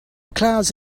clouds